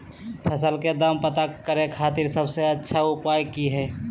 फसल के दाम पता करे खातिर सबसे अच्छा उपाय की हय?